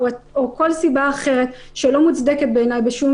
או כל סיבה אחרת שלא מוצדקת בעיניי בשום